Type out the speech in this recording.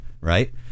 right